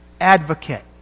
advocate